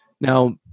now